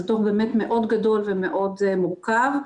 זה דוח באמת מאוד גדול ומאוד מורכב.